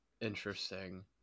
Interesting